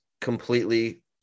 completely